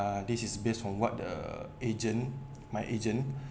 uh this is base on what the agent my agent